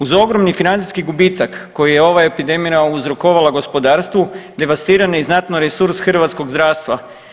Uz ogromni financijski gubitak koji je ova epidemija uzrokovala gospodarstvu, devastiran je i znatno resurs hrvatskog zdravstva.